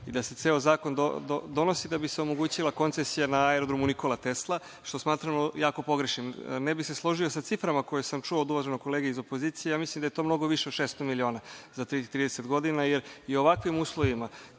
i da se ceo zakon donosi da bi se omogućila koncesija na Aerodromu „Nikola Tesla“, što smatramo jako pogrešnim. Ne bi se složio sa ciframa koje sam čuo od uvaženog kolege iz opozicije. Mislim da je to mnogo više od 600 miliona za tih 30 godina, jer i u ovakvim uslovima